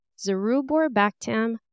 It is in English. Zeruborbactam